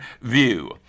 view